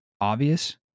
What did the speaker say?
obvious